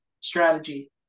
strategy